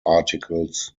articles